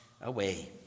away